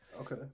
Okay